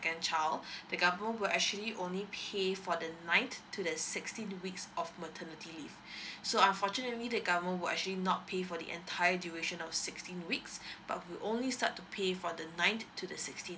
child the government will actually only pay for the ninth to the sixteen weeks of maternity leave so unfortunately the government will actually not pay for the entire duration of sixteen weeks but will only start to pay from the ninth to the sixteen